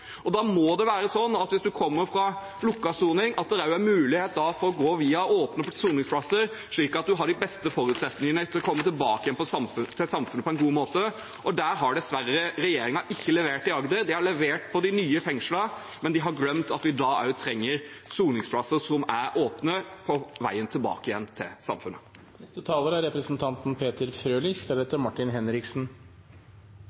Da må det være sånn at hvis man kommer fra lukket soning, er det også mulighet for å gå via åpne soningsplasser, slik at man har de beste forutsetningene for å komme tilbake til samfunnet på en god måte. Der har dessverre regjeringen ikke levert i Agder. De har levert på de nye fengslene, men de har glemt at vi også trenger soningsplasser som er åpne, for veien tilbake til